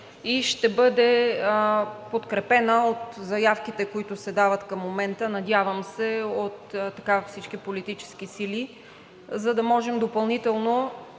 и ще бъде подкрепена от заявките, които се дават към момента, надявам се, от всички политически сили, за да може допълнително